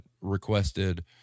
requested